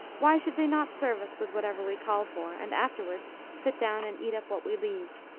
why should they not serve us with whatever we call for, and afterwards sit down and eat up what we leave?